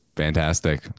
Fantastic